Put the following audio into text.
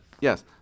yes